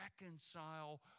reconcile